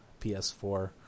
PS4